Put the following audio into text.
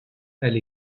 elle